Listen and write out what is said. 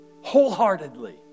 wholeheartedly